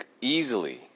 easily